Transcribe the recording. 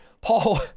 Paul